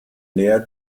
nähe